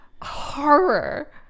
horror